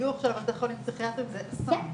השיוך של בתי החולים הפסיכיאטרים זה אסון.